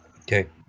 Okay